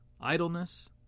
idleness